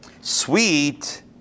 Sweet